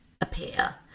appear